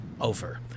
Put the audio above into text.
over